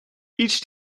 each